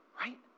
right